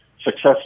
success